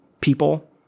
people